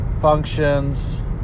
functions